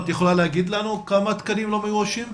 את יכולה לומר לנו כמה תקנים לא מאוישים?